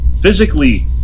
physically